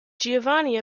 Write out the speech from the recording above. giovanni